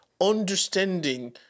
understanding